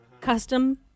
Custom